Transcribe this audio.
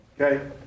okay